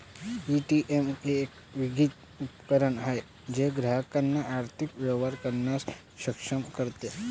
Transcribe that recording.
ATM हे एक विद्युत उपकरण आहे जे ग्राहकांना आर्थिक व्यवहार करण्यास सक्षम करते